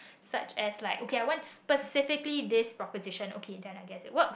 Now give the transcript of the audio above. such as like okay I want specifically this proposition okay then I guess it works